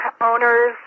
owners